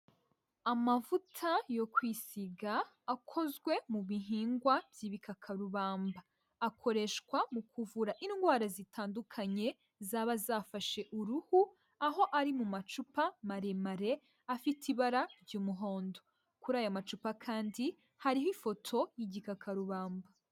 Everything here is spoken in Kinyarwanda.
Amavuta yo kwisiga, akozwe mu bihingwa by'ibikakarubamba, akoreshwa mu kuvura indwara zitandukanye, zaba zafashe uruhu, aho ari mu macupa maremare, afite ibara ry'umuhondo, kuri aya macupa kandi hariho ifoto y'igikakarubamba.